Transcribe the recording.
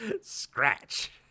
scratch